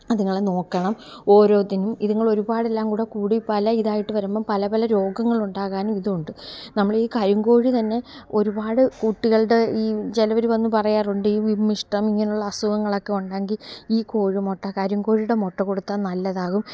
അതുങ്ങളെ നോക്കണം ഓരോത്തിനും ഇതുങ്ങളൊരുപാടെല്ലാം കൂടെ കൂടി പല ഇതായിട്ടു വരുമ്പം പലപല രോഗങ്ങളുണ്ടാകാനും ഇതുണ്ട് നമ്മളീ കരിങ്കോഴിതന്നെ ഒരുപാട് കുട്ടികളുടെ ഈ ചിലവർ വന്നു പറയാറുണ്ട് ഈ വിമ്മിഷ്ടം ഇങ്ങനെയുള്ള അസുഖങ്ങളൊക്കെ ഉണ്ടെങ്കിൽ ഈ കോഴിമുട്ട കരിങ്കോഴിയുടെ മുട്ട കൊടുത്താല് നല്ലതാകും